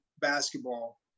basketball